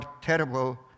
terrible